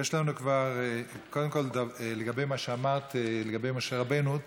לגבי מה שאמרת על משה רבנו,